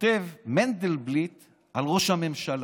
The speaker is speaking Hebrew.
שכותב מנדלבליט על ראש הממשלה: